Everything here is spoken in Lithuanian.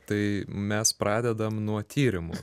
tai mes pradedam nuo tyrimų